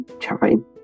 time